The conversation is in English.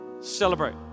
Celebrate